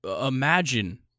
imagine